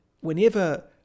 whenever